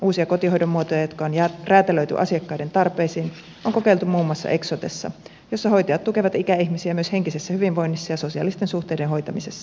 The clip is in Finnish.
uusia kotihoidon muotoja jotka on räätälöity asiakkaiden tarpeisiin on kokeiltu muun muassa eksotessa jossa hoitajat tukevat ikäihmisiä myös henkisessä hyvinvoinnissa ja sosiaalisten suhteiden hoitamisessa